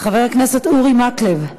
חבר הכנסת אורי מקלב,